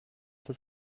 das